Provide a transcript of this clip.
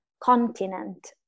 continent